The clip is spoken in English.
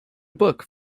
book